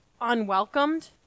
unwelcomed